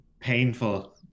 painful